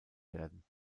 werden